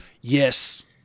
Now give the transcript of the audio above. yes